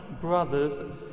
brothers